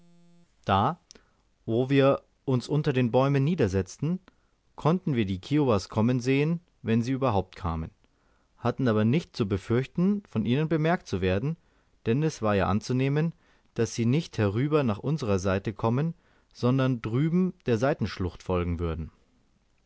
da wo wir uns unter den bäumen niedersetzten konnten wir die kiowas kommen sehen wenn sie überhaupt kamen hatten aber nicht zu befürchten von ihnen bemerkt zu werden denn es war ja anzunehmen daß sie nicht herüber nach unserer seite kommen sondern drüben der seitenschlucht folgen würden